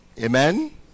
Amen